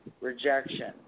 Rejection